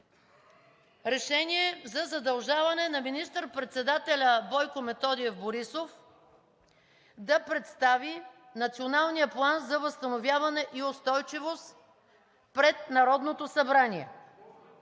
„РЕШЕНИЕ за задължаване на министър-председателя Бойко Методиев Борисов да представи Националния план за възстановяване и устойчивост пред Народното събраниеНародното